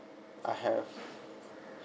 I have